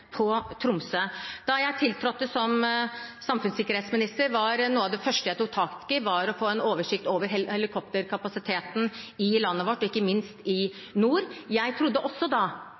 på Tromsø. Da jeg tiltrådte som samfunnssikkerhetsminister, var noe av det første jeg tok tak i, å få en oversikt over helikopterkapasiteten i landet vårt, ikke minst i nord. Jeg trodde også da